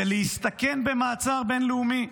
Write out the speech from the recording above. ולהסתכן במעצר בין-לאומי.